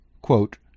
Quote